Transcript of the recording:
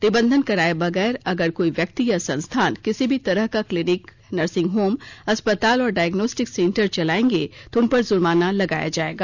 निबंधन कराये बगैर अगर कोई व्यक्ति या संस्थान किसी भी तरह का क्लीनिक नर्सिंग होम अस्पताल और डायगोनेस्टिक सेंटर चलायेंगे तो उनपर जुर्माना लगाया जायेगा